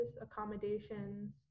accommodations